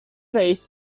raise